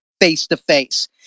face-to-face